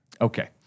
Okay